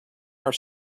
are